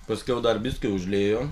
paskiau dar biski užlijo